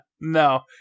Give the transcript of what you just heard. no